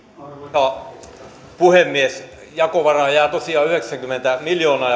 arvoisa puhemies jakovaraa jää tosiaan yhdeksänkymmentä miljoonaa